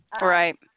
Right